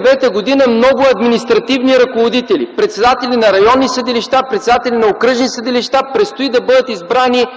бяха избрани много административни ръководители, председатели на районни съдилища, председатели на окръжни съдилища, предстои да бъдат избрани